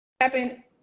happen